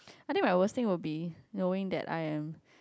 I think my worst thing would be knowing that I am